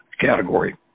category